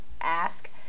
ask